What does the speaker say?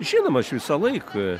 žinoma aš visą laiką